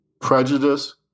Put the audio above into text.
prejudice